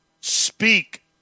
speak